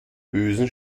bösen